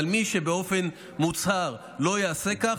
אבל מי שבאופן מוצהר לא יעשה כך,